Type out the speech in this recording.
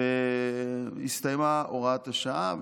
הסתיימה הוראת השעה,